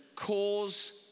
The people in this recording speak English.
cause